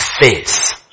face